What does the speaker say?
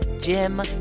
Jim